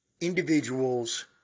individuals